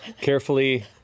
carefully